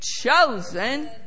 chosen